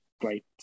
great